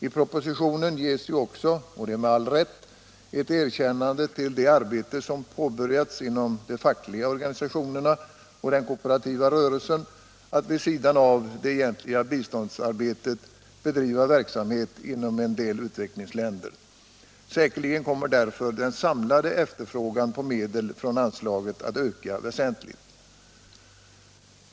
I propositionen ges också — och det med all rätt — ett erkännande av det arbete som påbörjats inom de fackliga organisationerna och den kooperativa rörelsen, då det gäller att vid sidan av det egentliga biståndsarbetet bedriva verksamhet inom en del utvecklingsländer. Säkerligen kommer därigenom den samlade efterfrågan på medel från anslaget att öka väsentligt.